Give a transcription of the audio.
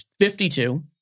52